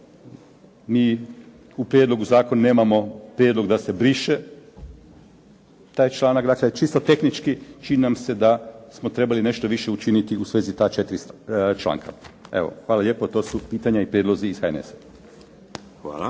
Mi u prijedlogu zakona nemamo prijedlog da se briše taj članak. Dakle, čisto tehnički čini nam se da smo trebali nešto više učiniti u svezi ta četiri članka. Evo hvala lijepo, to su pitanja i prijedlozi iz HNS-a.